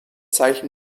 zeichen